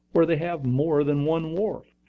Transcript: where they have more than one wharf.